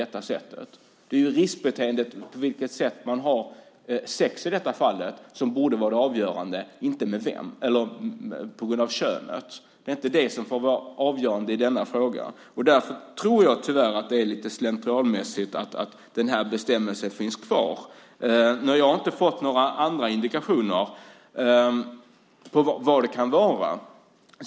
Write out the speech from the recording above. Det är riskbeteendet - på vilket sätt man har sex - som borde vara avgörande, inte könet. Det är inte det som får vara avgörande i denna fråga. Jag tror att det är lite av slentrian att den här bestämmelsen finns kvar. Jag har inte fått några andra indikationer på vad det kan vara.